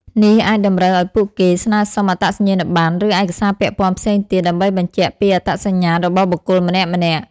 នេះអាចតម្រូវឲ្យពួកគេស្នើសុំអត្តសញ្ញាណប័ណ្ណ ឬឯកសារពាក់ព័ន្ធផ្សេងទៀត ដើម្បីបញ្ជាក់ពីអត្តសញ្ញាណរបស់បុគ្គលម្នាក់ៗ។